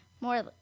more